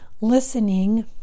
listening